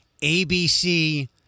ABC